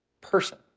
person